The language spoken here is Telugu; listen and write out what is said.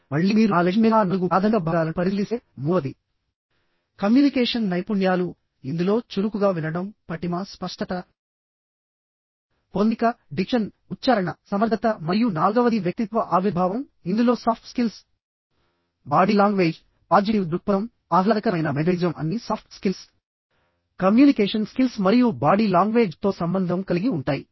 మళ్ళీ మీరు నాలెడ్జ్ మినహా నాలుగు ప్రాథమిక భాగాలను పరిశీలిస్తే మూడవది కమ్యూనికేషన్ నైపుణ్యాలు ఇందులో చురుకుగా వినడం పటిమ స్పష్టత పొందిక డిక్షన్ ఉచ్ఛారణ సమర్థత మరియు నాల్గవది వ్యక్తిత్వ ఆవిర్భావం ఇందులో సాఫ్ట్ స్కిల్స్బాడీ లాంగ్వేజ్ పాజిటివ్ దృక్పథం ఆహ్లాదకరమైన మెథడిజం అన్నీ సాఫ్ట్ స్కిల్స్ కమ్యూనికేషన్ స్కిల్స్ మరియు బాడీ లాంగ్వేజ్ తో సంబంధం కలిగి ఉంటాయి